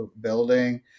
building